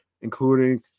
including